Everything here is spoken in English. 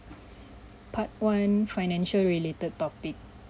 part one financial related topic